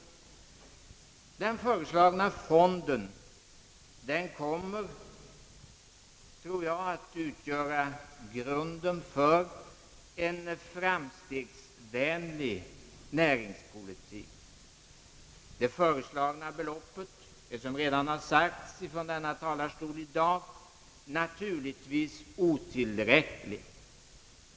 Den föreslagna fonden tror jag kommer att utgöra grunden för en fram stegsvänlig näringspolitik. Det föreslagna beloppet är som redan har sagts från denna talarstol i dag naturligtvis otillräckligt.